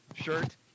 shirt